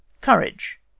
Courage